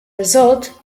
result